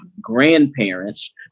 grandparents